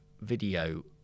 video